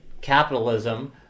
capitalism